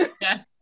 Yes